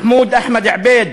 מחמוד אחמד עבד,